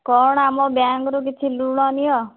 କ'ଣ ଆମ ବ୍ୟାଙ୍କରୁ କିଛି ଲୁଣ ନିଅ